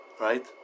Right